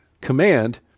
command